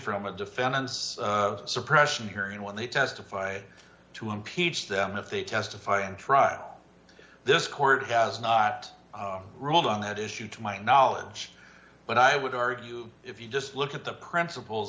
from a defendant's suppression hearing when they testify to impeach them if they testify in trial this court has not ruled on that issue to my knowledge but i would argue if you just look at the principles